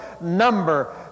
number